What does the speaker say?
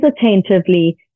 attentively